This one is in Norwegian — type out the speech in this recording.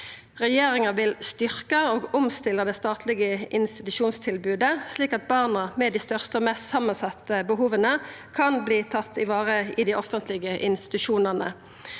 Regjeringa vil styrkja og omstilla det statlege institusjonstilbodet, slik at barna med dei største og mest samansette behova, kan verta varetatt i dei offentlege institusjonane.